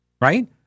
Right